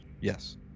yes